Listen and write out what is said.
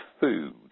food